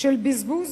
של בזבוז